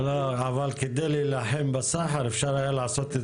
אבל כדי להילחם בסחר אפשר היה לעשות את